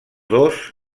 dos